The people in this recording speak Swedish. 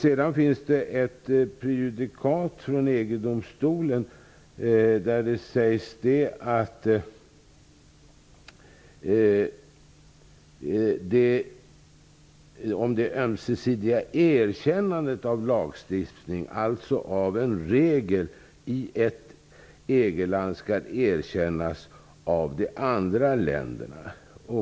Sedan finns det ett prejudikat från EG-domstolen om det ömsesidiga erkännandet av lagstiftning, dvs. att en regel i ett EG-land skall erkännas av de andra länderna.